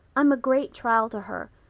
i'm a great trial to her.